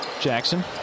Jackson